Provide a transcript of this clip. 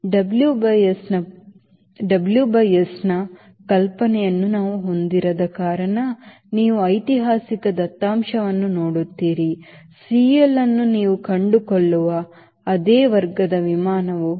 W by S ನ ಕಲ್ಪನೆಯನ್ನು ನಾವು ಹೊಂದಿರದ ಕಾರಣ ನೀವು ಐತಿಹಾಸಿಕ ದತ್ತಾಂಶವನ್ನು ನೋಡುತ್ತೀರಿ CL ಅನ್ನು ನೀವು ಕಂಡುಕೊಳ್ಳುವ ಅದೇ ವರ್ಗದ ವಿಮಾನವು 0